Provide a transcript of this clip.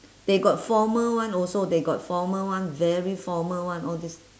they got formal one also they got formal one very formal one all this